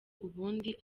ubundi